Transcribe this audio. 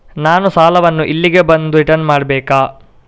ನಾನು ಸಾಲವನ್ನು ಇಲ್ಲಿಗೆ ಬಂದು ರಿಟರ್ನ್ ಮಾಡ್ಬೇಕಾ?